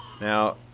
Now